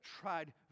tried